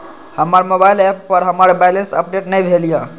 हमर mobile app पर हमर बैलेंस अपडेट ने भेल या